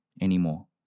anymore